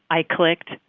i clicked.